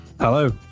Hello